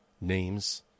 names